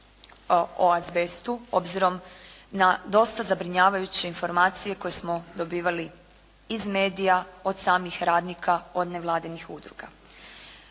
o azbestu obzirom na dosta zabrinjavajuće informacije koje smo dobivali iz medija od samih radnika od nevladinih udruga.